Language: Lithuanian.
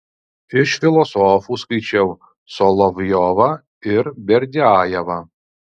iš filosofų skaičiau solovjovą ir berdiajevą